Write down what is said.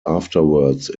afterwards